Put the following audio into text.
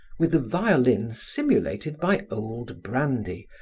with the violin simulated by old brandy,